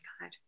god